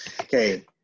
Okay